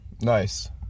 Nice